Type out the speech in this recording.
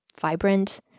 vibrant